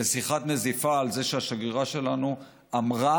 לשיחת נזיפה על זה שהשגרירה אמרה,